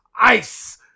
ice